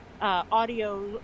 audio